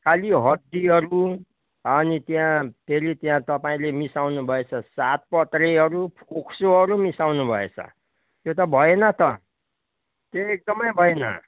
खालि हड्डीहरू अनि त्यहाँ फेरि त्यहाँ तपाईँले मिसाउनु भएछ सात पत्रेहरू फोक्सोहरू मिसाउनु भएछ यो त भएन त त्यो त एकदम भएन